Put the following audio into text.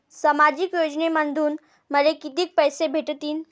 सामाजिक योजनेमंधून मले कितीक पैसे भेटतीनं?